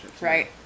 Right